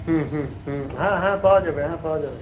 হুম হুম হুম হ্যাঁ হ্যাঁ পাওয়া যাবে হ্যাঁ পাওয়া যাবে